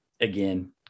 again